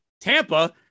Tampa